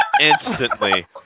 instantly